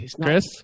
Chris